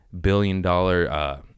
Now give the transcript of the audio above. billion-dollar